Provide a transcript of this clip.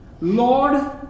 Lord